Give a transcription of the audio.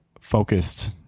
focused